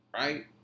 Right